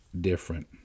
different